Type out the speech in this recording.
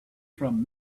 from